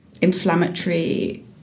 inflammatory